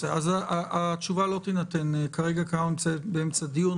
התשובה לא תינתן כרגע כי אנחנו באמצע דיון.